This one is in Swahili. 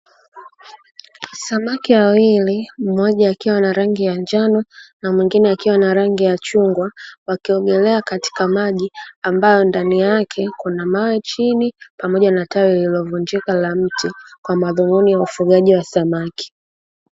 Samaki wawili mmoja akiwa na rangi ya njano na mwingine akiwa na rangi ya chungwa wakiogelea katika maji ambayo ndani yake kuna mawe chini pamoja na tawi lililovunjika la mti kwa madhumuni ya ufugaji wa samaki.